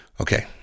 Okay